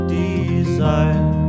desire